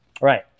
Right